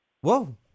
Whoa